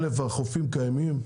החופים קיימים.